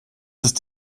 ist